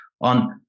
on